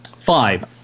five